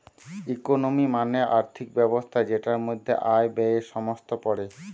economy মানে আর্থিক ব্যবস্থা যেটার মধ্যে আয়, ব্যয়ে সমস্ত পড়ে